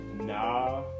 nah